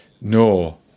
no